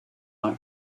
like